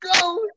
go